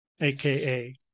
AKA